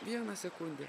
vieną sekundę